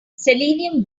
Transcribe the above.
selenium